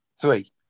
three